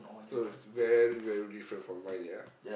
so is very very different from mine yeah